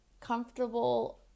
comfortable